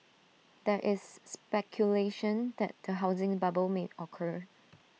there is speculation that A housing bubble may occur